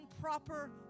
proper